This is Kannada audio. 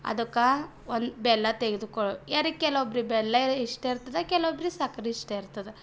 ಅದಕ್ಕೆ ಒಂದು ಬೆಲ್ಲ ತೆಗೆದುಕೋ ಯಾರಿಗ್ಕೆಲ್ಲ ಒಬ್ಬರಿಗೆ ಬೆಲ್ಲ ಇಷ್ಟ ಇರ್ತದೆ ಕೆಲವೊಬ್ಬರಿಗೆ ಸಕ್ಕರೆ ಇಷ್ಟ ಇರ್ತದೆ